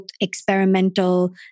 experimental